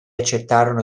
accettarono